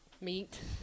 meat